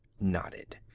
nodded